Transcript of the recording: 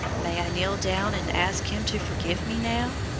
may i kneel down and ask him to forgive me now?